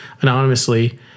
anonymously